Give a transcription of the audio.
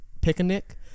Picnic